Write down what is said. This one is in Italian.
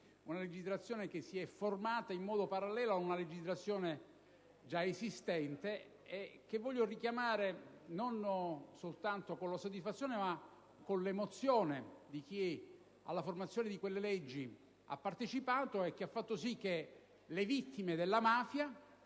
attesa da tempo, si era formata in modo parallelo ad una legislazione già esistente, che voglio richiamare non soltanto con la soddisfazione ma anche con l'emozione di chi alla formazione di quelle leggi ha partecipato, che hanno fatto sì che le vittime della mafia